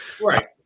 Right